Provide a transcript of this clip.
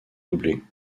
doublés